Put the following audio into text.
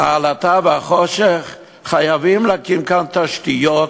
העלטה והחושך, חייבים להקים כאן תשתיות,